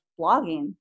blogging